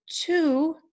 two